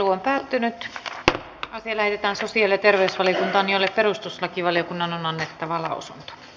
asia lähetettiin sosiaali ja terveysvaliokuntaan jolle perustuslakivaliokunnan on annettava lausunto